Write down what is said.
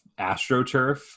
AstroTurf